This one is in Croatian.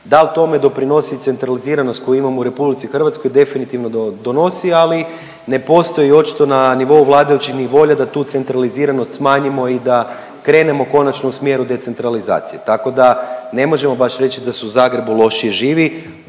Da li tome doprinosi centraliziranost koju imamo u RH, definitivno donosi, ali ne postoji očito na nivou vladajućih ni volja da tu centraliziranost smanjimo i da krenemo konačno u smjeru decentralizacije tako da, ne možemo baš reći da se u Zagrebu lošije živi,